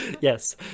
Yes